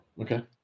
Okay